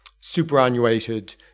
superannuated